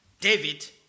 David